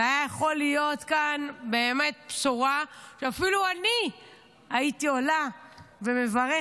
זו הייתה יכולה להיות כאן באמת בשורה שאפילו אני הייתי עולה ומברכת,